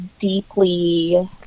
deeply